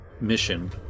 mission